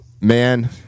man